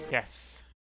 Yes